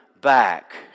back